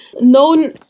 known